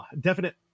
definite